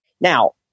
Now